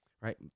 right